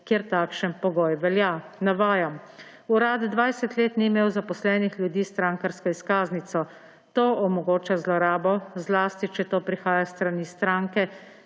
kjer takšen pogoj velja. Navajam: »Urad 20 let ni imel zaposlenih ljudi s strankarsko izkaznico. To omogoča zlorabo, zlasti če to prihaja s strani stranke,